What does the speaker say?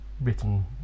written